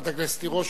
חברת הכנסת תירוש,